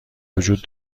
وجود